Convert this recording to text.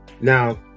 Now